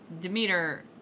Demeter